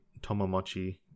Tomomochi